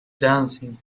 dancing